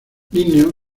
linneo